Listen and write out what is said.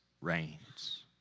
reigns